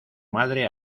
madre